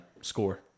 score